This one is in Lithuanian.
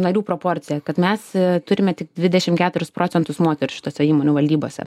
narių proporcija kad mes turime tik dvidešimt keturis procentus moterų šitose įmon valdybose